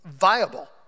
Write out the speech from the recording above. viable